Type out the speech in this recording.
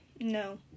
No